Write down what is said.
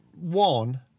one